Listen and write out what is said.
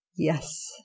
Yes